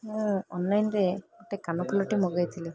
ମୁଁ ଅନ୍ଲାଇନ୍ରେ ଗୋଟେ କାନ ଫୁଲଟି ମଗାଇଥିଲି